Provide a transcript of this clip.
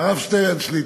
הרב שטרן שליט"א.